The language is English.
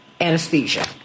anesthesia